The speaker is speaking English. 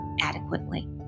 adequately